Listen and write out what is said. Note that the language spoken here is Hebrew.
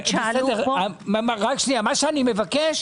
מבקש